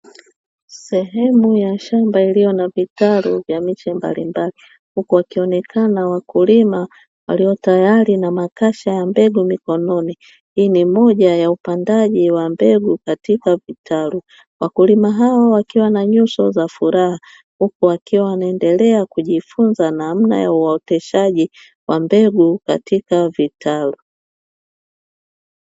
Sehemu ya shamba iliyo na vitalu vya miche mbalimbali, huku wakionekana wakulima waliotayari na makasha ya mbegu mikononi. Hii ni moja ya upandaji wa mbegu katika vitalu. Wakulima hao wakiwa na nyuso za furaha huku wakiwa wanaendelea kujifunza namna ya uoteshaji wa mbegu katika vitalu.